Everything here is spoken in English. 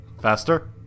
Faster